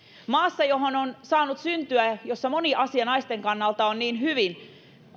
maassa johon on saanut syntyä jossa moni asia naisten kannalta on niin hyvin